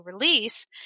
release